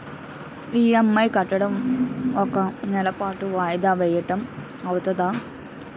EMI కట్టడం ఒక నెల పాటు వాయిదా వేయటం అవ్తుందా?